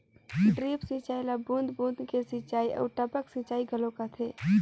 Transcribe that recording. drip सिंचई ल बूंद बूंद के सिंचई आऊ टपक सिंचई घलो कहथे